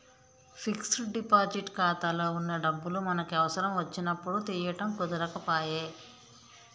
fixed deposit ఖాతాలో వున్న డబ్బులు మనకి అవసరం వచ్చినప్పుడు తీయడం కుదరకపాయె